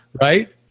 Right